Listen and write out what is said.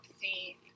see